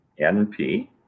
NP